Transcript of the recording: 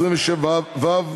27(ו),